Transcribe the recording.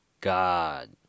God